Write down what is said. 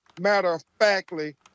matter-of-factly